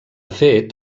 fet